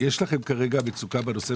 יש לכם כרגע מצוקה בנושא,